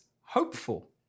hopeful